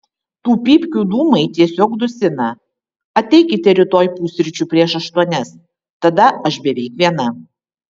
tų pypkių dūmai tiesiog dusina ateikite rytoj pusryčių prieš aštuonias tada aš beveik viena